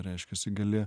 reiškiasi gali